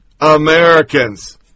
Americans